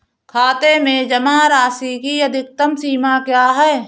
खाते में जमा राशि की अधिकतम सीमा क्या है?